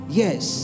yes